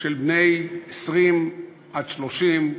של בני 20 30,